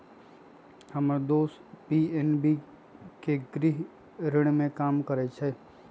हम्मर दोस पी.एन.बी के गृह ऋण में काम करइ छई